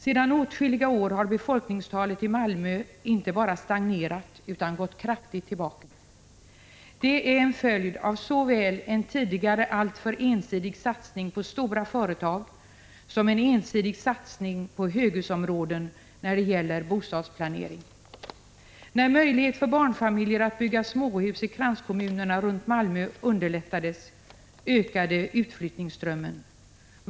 Sedan åtskilliga år har befolkningstalet i Malmö inte bara stagnerat utan gått kraftigt tillbaka. Det är en följd av såväl en tidigare alltför ensidig satsning på stora företag som en ensidig satsning på höghusområden när det gäller bostadsplanering. När möjlighet för barnfamiljer att bygga småhus i kranskommunerna runt Malmö underlättades, ökade utflyttningsströmmen.